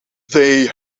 they